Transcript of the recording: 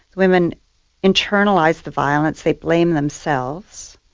women internalise the violence, they blame themselves,